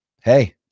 hey